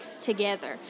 together